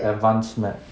advanced map